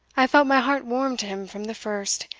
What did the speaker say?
i felt my heart warm to him from the first,